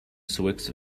sioux